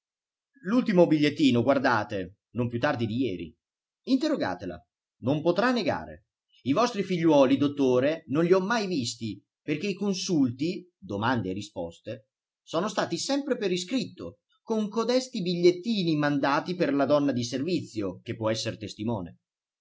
l'ultimo bigliettino guardate non più tardi di ieri interrogatela non potrà negare i vostri figliuoli dottore non li ho mai visti perché i consulti domande e risposte sono stati sempre per iscritto con codesti bigliettini mandati per la donna di servizio che può esser testimone